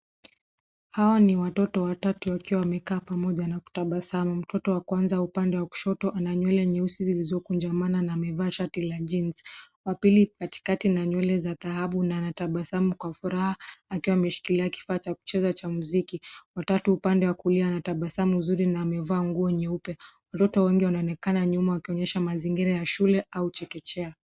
Hawa ni watoto watatu wakiwa wamekaa pamoja na kutabasamu, mtoto wa kwanza wa upande wa kushoto ana nywele nyeusi zilizokunjamana na amevaa shati la jeans waa pili katikati na nywele za dhahabu na anatabasamu kwa furaha akiwa ameshikilia kifaa cha kucheza cha muziki, wa tatu upande wa kulia anatabasamu nzuri na amevaa nguo nyeupe, watu wengi wanaonekana nyuma wakionyesha mazingira ya shule au chekechea.